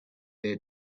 their